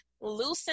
loosen